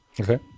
okay